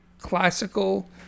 Classical